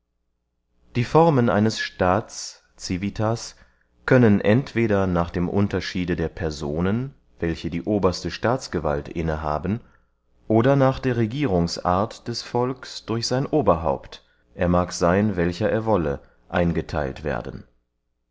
die formen eines staats ciuitas können entweder nach dem unterschiede der personen welche die oberste staatsgewalt inne haben oder nach der regierungsart des volks durch sein oberhaupt er mag seyn welcher er wolle eingetheilt werden